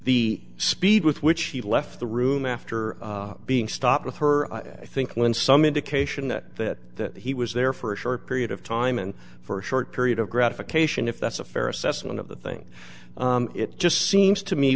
the speed with which he left the room after being stopped with her i think when some indication that he was there for a short period of time and for a short period of gratification if that's a fair assessment of the thing it just seems to me